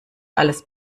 alles